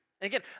Again